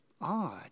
odd